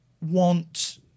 want